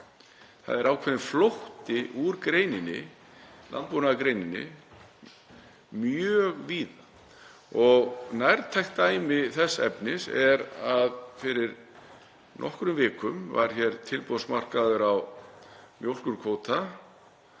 það er ákveðinn flótti úr greininni, landbúnaðargreininni, mjög víða. Nærtækt dæmi þess efnis er að fyrir nokkrum vikum var hér tilboðsmarkaður á mjólkurkvóta